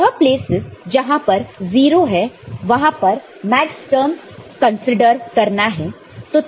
तो वह प्लेसिस जहां पर 0 है वहां पर मैक्सटर्म कंसीडर करना है